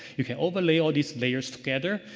you can overlay all these layers together,